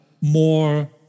more